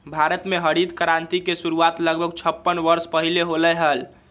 भारत में हरित क्रांति के शुरुआत लगभग छप्पन वर्ष पहीले होलय हल